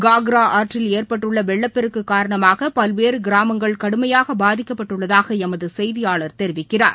காக்ரா ஆற்றில் ஏற்பட்டுள்ள வெள்ளப்பெருக்கு காரணமாக பல்வேறு கிராமங்கள் கடுமையாக பாதிக்கப்பட்டுள்ளதாக எமது செய்தியாளர் தெரிவிக்கிறார்